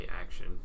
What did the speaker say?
action